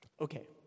okay